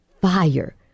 fire